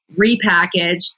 repackaged